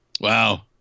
Wow